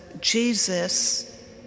Jesus